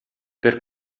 per